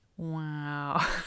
Wow